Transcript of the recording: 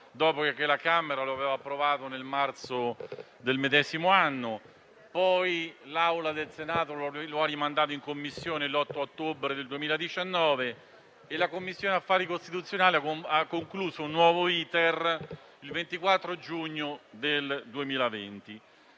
dopo che la Camera lo aveva approvato nel marzo del medesimo anno. L'Aula del Senato lo ha rinviato in Commissione l'8 ottobre del 2019 e la Commissione affari costituzionali ha concluso un nuovo *iter* il 24 giugno del 2020.